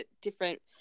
different